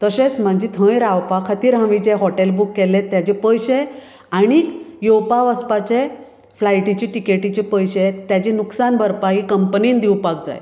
तशेंच म्हजें थंय रावपा खातीर हांवें जें हॉटेल बूक केल्लें ताजे पयशें आनीक येवपा वचपाचें फ्लायटीचें टिकेटीचें पयशें तेजे नुकसान भरपाई कंपनीन दिवपाक जाय